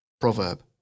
Proverb